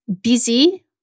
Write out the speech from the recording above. busy